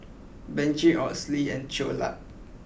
Benji Odalys and Cleola